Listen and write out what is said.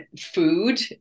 Food